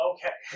Okay